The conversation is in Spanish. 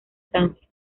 francia